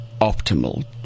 optimal